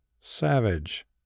savage